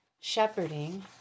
shepherding